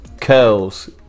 Curls